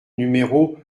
numéro